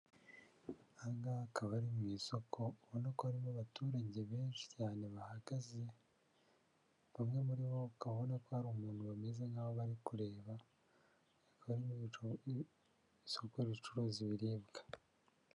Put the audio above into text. Aha ngaha akaba ari mu isoko, ubona ko harimo abaturage benshi cyane bahagaze, bamwe muri bo ukaba ubona ko hari umuntu bameze nkaho bari kureba, hakaba ari isoko ricuruza ibiribwa.